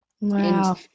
Wow